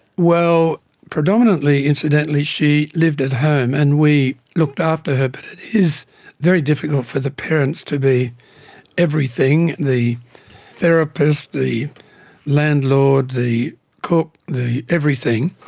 well predominantly, incidentally, she lived at home and we looked after her, but it is very difficult for the parents to be everything the therapist, the landlord, the cook, the everything.